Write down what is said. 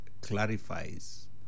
clarifies